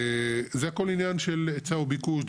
זה הכל עניין של היצע וביקוש.